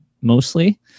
mostly